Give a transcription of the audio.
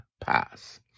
pass